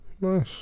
Nice